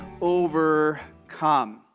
overcome